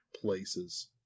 places